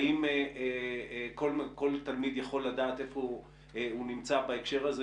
האם כל תלמיד יכול לדעת איפה הוא נמצא בהקשר הזה,